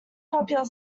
popular